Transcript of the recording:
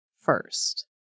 first